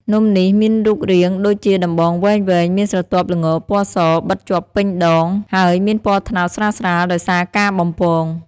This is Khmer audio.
នំនេះមានរូបរាងដូចជាដំបងវែងៗ មានស្រទាប់ល្ងរពណ៌សបិតជាប់ពេញដង ហើយមានពណ៌ត្នោតស្រាលៗដោយសារការបំពង។